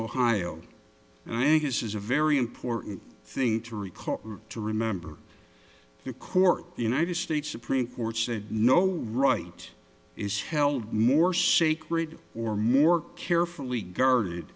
this is a very important thing to recall to remember the court the united states supreme court said no right is held more sacred or more carefully guarded